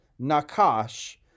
nakash